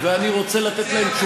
היום יום רביעי, ועוד מעט שבת.